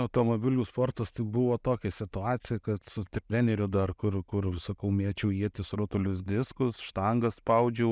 automobilių sportas tai buvo tokia situacija kad su treneriu dar kur kur sakau mėčiau ietis rutulius diskus štangą spaudžiau